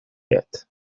yet